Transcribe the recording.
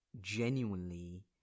genuinely